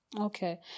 okay